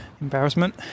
embarrassment